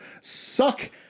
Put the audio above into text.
suck